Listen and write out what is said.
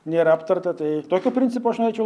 nėra aptarta tai tokiu principu aš norėčiau